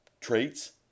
traits